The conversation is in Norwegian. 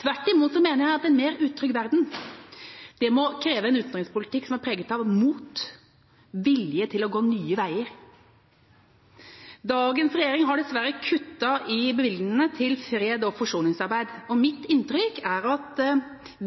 Tvert imot mener jeg at en mer utrygg verden må kreve en utenrikspolitikk som er preget av mot og vilje til å gå nye veier. Dagens regjering har dessverre kuttet i bevilgningene til freds- og forsoningsarbeid, og mitt inntrykk er at